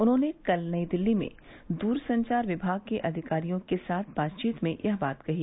उन्होंने कल नई दिल्ली में दूरसंचार विभाग के अधिकारियों के साथ बातचीत में यह बात कही